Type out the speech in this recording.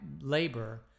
labor